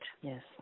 Yes